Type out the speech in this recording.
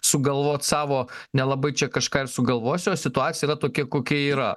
sugalvot savo nelabai čia kažką ir sugalvosi o situacija yra tokia kokia yra